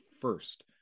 first